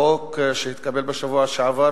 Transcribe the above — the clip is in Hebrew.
החוק שהתקבל בשבוע שעבר,